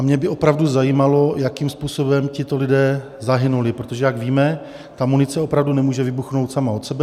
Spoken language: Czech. Mě by opravdu zajímalo, jakým způsobem tito lidé zahynuli, protože jak víme, ta munice opravdu nemůže vybuchnout sama od sebe.